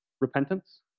repentance